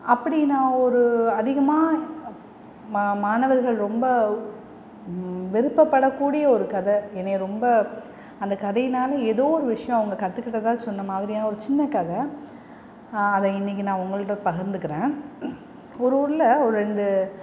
அப்படி நான் ஒரு அதிகமாக மா மாணவர்கள் ரொம்ப விருப்பப்படக்கூடிய ஒரு கதை என்னையை ரொம்ப அந்த கதையினால் ஏதோ ஒரு விஷயம் அவங்க கற்றுக்கிட்டதா சொன்ன மாதிரியான ஒரு சின்ன கதை அதை இன்னைக்கு நான் உங்கள்கிட்ட பகிர்த்துகிறேன் ஒரு ஊரில் ஒரு ரெண்டு